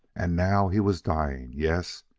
and now he was dying yes,